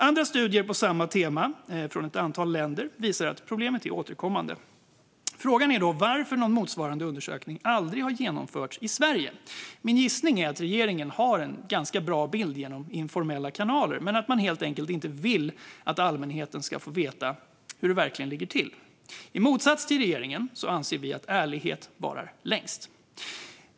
Andra studier på samma tema från ett antal länder visar att problemet är återkommande. Frågan är då varför någon motsvarande undersökning aldrig har genomförts i Sverige. Min gissning är att regeringen har en ganska bra bild genom informella kanaler men att man helt enkelt inte vill att allmänheten ska få veta hur det verkligen ligger till. I motsats till regeringen anser vi att ärlighet varar längst.